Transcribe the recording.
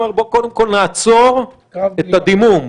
אבל בוא קודם כול נעצור את הדימום,